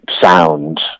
sound